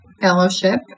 fellowship